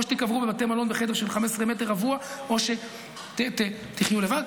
או שתקברו בבתי מלון בחדר של 15 מ"ר או שתחיו לבד?